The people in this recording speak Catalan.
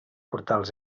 portals